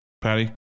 patty